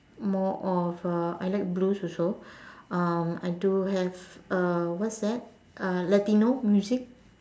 more of uh I like blues also um I do have uh what's that uh latino music